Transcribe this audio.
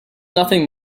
nothing